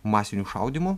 masinių šaudymų